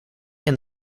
and